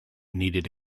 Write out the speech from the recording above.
needed